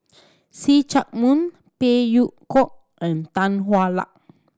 See Chak Mun Phey Yew Kok and Tan Hwa Luck